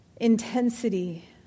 intensity